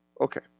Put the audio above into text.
okay